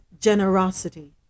generosity